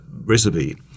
recipe